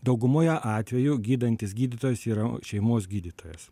daugumoje atveju gydantis gydytojas yra šeimos gydytojas